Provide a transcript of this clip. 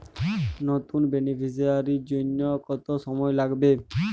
নতুন বেনিফিসিয়ারি জন্য কত সময় লাগবে?